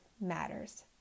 matters